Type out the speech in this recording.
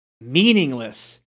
meaningless